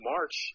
March